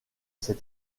cet